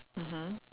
mmhmm